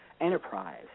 Enterprise